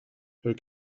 her